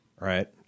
right